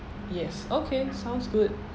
yes okay sounds good